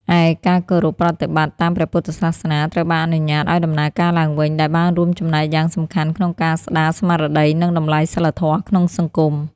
ឯ ការគោរពប្រតិបត្តិតាមព្រះពុទ្ធសាសនាត្រូវបានអនុញ្ញាតឱ្យដំណើរការឡើងវិញ ដែលបានរួមចំណែកយ៉ាងសំខាន់ក្នុងការស្ដារស្មារតី និងតម្លៃសីលធម៌ក្នុងសង្គម។